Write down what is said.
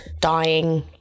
dying